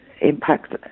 impact